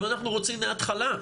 אבל אנחנו רוצים מהתחלה.